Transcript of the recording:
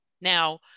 Now